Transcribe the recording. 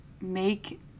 make